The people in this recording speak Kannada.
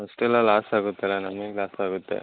ಅಷ್ಟೆಲ್ಲ ಲಾಸ್ ಆಗುತಲ್ಲ ನಮಿಗೆ ಲಾಸ್ ಆಗುತ್ತೆ